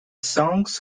songs